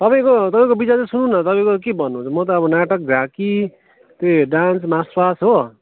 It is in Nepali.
तपाईँको तपाईँको विचार चाहिँ सुनौँ न तपाईँको के भन्नुहुन्छ म त अब नाटक झाँकी त्यही डान्स मार्चपास्ट हो